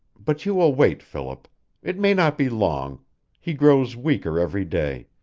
but you will wait, philip it may not be long he grows weaker every day.